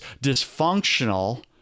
dysfunctional